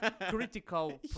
critical